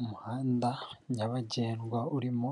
Umuhanda nyabagendwa urimo